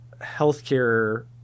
healthcare